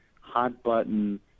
hot-button